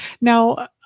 Now